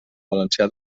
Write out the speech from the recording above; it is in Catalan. valencià